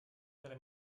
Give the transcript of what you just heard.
nella